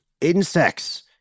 insects